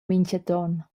mintgaton